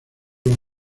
los